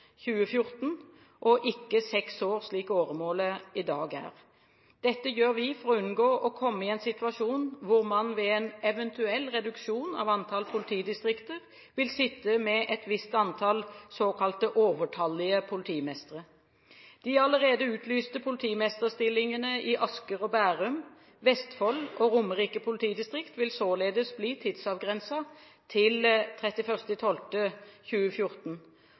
dag er. Dette gjør vi for å unngå å komme i en situasjon hvor man ved en eventuell reduksjon i antall politidistrikter vil sitte med et visst antall såkalt overtallige politimestre. De allerede utlyste politimesterstillingene, i Asker og Bærum, Vestfold og Romerike politidistrikter, vil således bli tidsavgrenset til 31. desember 2014.